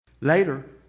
Later